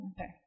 okay